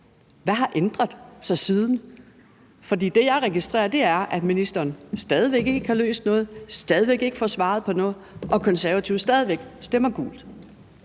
Hvad har ændret sig siden dengang? For det, jeg registrerer, er, at ministeren stadig væk ikke har løst noget og stadig væk ikke har fået svaret på noget, og at Konservative stadig væk stemmer gult.